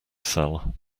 sell